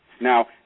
Now